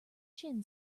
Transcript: chin